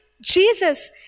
Jesus